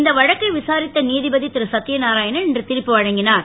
இந்த வழக்கை விசாரித்த நீதிபதி திருசத்தியநாராயணன் இன்று திர்ப்பு வழங்கிஞர்